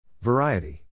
Variety